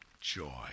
joy